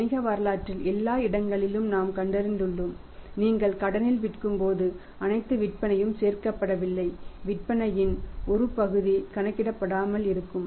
வணிக வரலாற்றில் எல்லா இடங்களிலும் நாம் கண்டறிந்துள்ளோம் நீங்கள் கடனில் விற்கும்போது அனைத்து விற்பனையும் சேகரிக்கப்படவில்லை விற்பனையின் ஒரு பகுதி கணக்கிடப்படாமல் இருக்கும்